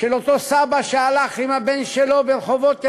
על אותו סבא שהלך עם הנכד שלו ברחובות תל-אביב,